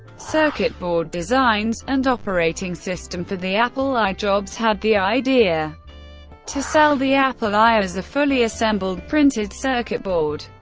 circuit board designs, and operating system for the apple i. jobs had the idea to sell the apple i as a fully assembled printed circuit board.